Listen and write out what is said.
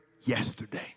yesterday